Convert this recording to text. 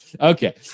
Okay